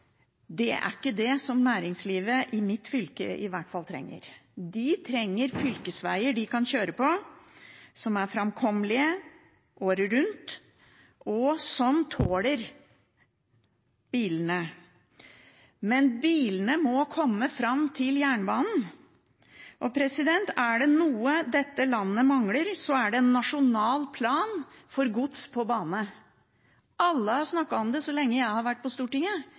Det er ikke det næringslivet i mitt fylke trenger, i hvert fall. De trenger fylkesveger de kan kjøre på som er framkommelige året rundt, og som tåler bilene. Bilene må komme fram til jernbanen. Er det noe dette landet mangler, er det en nasjonal plan for gods på bane. Alle har snakket om det så lenge jeg har vært på Stortinget,